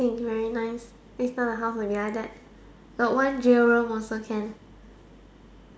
very nice next time my house will be like that got one jail room also can